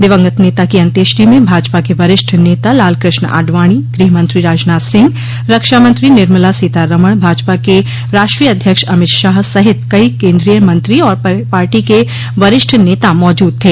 दिवंगत नेता की अन्त्येष्टि में भाजपा के वरिष्ठ नेता लालकृष्ण आडवाणी गृहमंत्री राजनाथ सिंह रक्षा मंत्री निर्मला सीतारमण भाजपा के राष्ट्रीय अध्यक्ष अमित शाह सहित कई केन्द्रीय मंत्री और पार्टी के वरिष्ठ नेता मौजूद थे